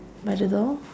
by the door